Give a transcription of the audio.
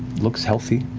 looks healthy,